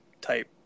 type